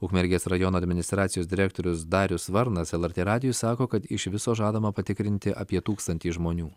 ukmergės rajono administracijos direktorius darius varnas lrt radijui sako kad iš viso žadama patikrinti apie tūkstantį žmonių